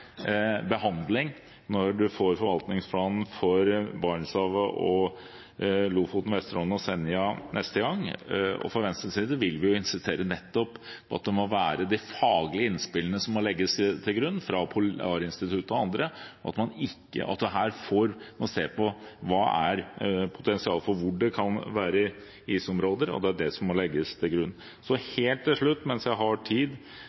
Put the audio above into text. behandling når man får forvaltningsplanen for Barentshavet og Lofoten, Vesterålen og Senja neste gang. Fra Venstres side vil vi nettopp insistere på at det må være de faglige innspillene som må legges til grunn, fra Norsk Polarinstitutt og andre, og at man her må se på hva som er potensialet for hvor det kan være isområder, og at det er det som må legges til grunn. Så, helt til slutt, mens jeg har tid: